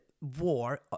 war